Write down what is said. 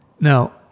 Now